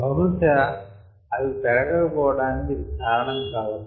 బహుశా అవి పెరగక పోవటానికి ఇది కారణం కావచ్చు